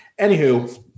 anywho